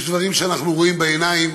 יש דברים שאנחנו רואים בעיניים.